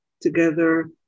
together